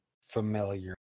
familiar